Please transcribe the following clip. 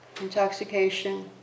intoxication